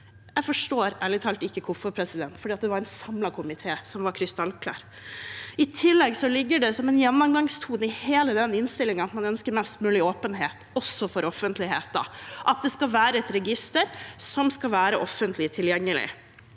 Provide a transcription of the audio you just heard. ærlig talt ikke hvorfor, for det var en samlet komité som var krystallklar. I tillegg ligger det som en gjennomgangstone i hele den innstillingen at man ønsker mest mulig åpenhet, også for offentligheten – at det skal være et register som skal være offentlig tilgjengelig.